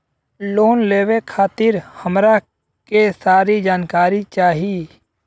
Loan लेवे खातीर हमरा के सारी जानकारी चाही?